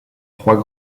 trois